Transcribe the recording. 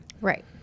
right